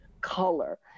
color